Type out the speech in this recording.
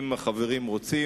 אם החברים רוצים,